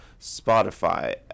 Spotify